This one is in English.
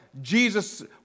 Jesus